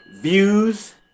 views